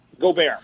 Gobert